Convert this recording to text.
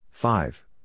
Five